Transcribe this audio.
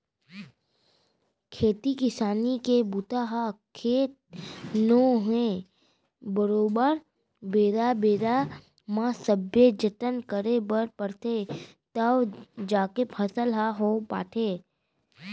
खेती किसानी के बूता ह खेत नो है बरोबर बेरा बेरा म सबे जतन करे बर परथे तव जाके फसल ह हो पाथे